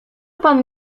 pan